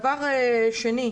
שנית,